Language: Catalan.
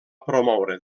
promoure